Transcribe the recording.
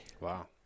Wow